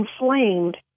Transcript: inflamed